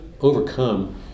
overcome